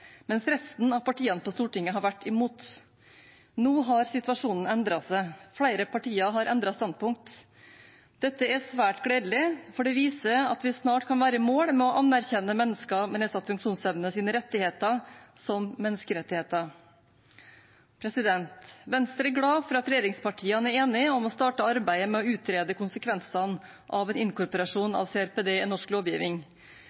mens resten av partiene på Stortinget har vært imot. Nå har situasjonen endret seg. Flere partier har endret standpunkt. Dette er svært gledelig, for det viser at vi snart kan være i mål med å anerkjenne rettighetene til mennesker med nedsatt funksjonsevne som menneskerettigheter. Venstre er glad for at regjeringspartiene er enige om å starte arbeidet med å utrede konsekvensene av en